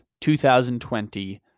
2020